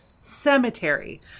cemetery